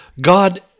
God